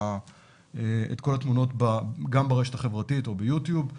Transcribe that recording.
התמונות גם ברשת החברתית או ביוטיוב.